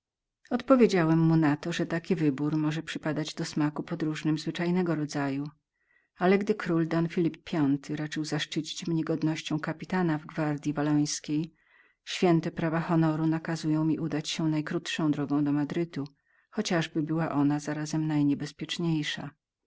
odpowiedziałem mu na to że ten wybór mógł przypadać do smaku podróżnym zwyczajnego rodzaju ale że gdy król don phlipe quinto raczył zaszczycić mnie godnością kapitana w gwardyi wallońskiej święte prawa honoru nakazywały mi udać się najkrótszą drogą do madrytu chociażby takowa była razem najniebezpieczniejszą